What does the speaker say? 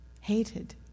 hated